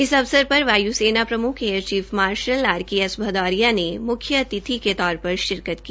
इस अवसर पर वायु सेना प्रमुख air chief marshal R K S Bhadauria ने मुख्य अतिथि के तौर पर शिरकत की